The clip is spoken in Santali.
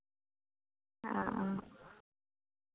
ᱚᱻ